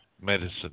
medicine